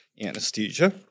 Anesthesia